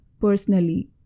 personally